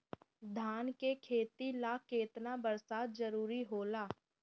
धान के खेती ला केतना बरसात जरूरी होला?